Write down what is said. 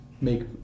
make